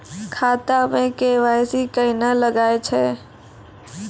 खाता मे के.वाई.सी कहिने लगय छै?